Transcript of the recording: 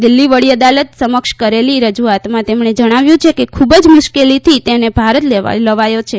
દિલ્હી વડી અદાલત સમક્ષ કરેલી રજૂઆતમાં તેમણે જણાવ્યું છેકે ખૂબ જ મુશ્કેલીથી તેને ભારત લવાયો છે